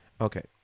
Okay